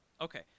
Okay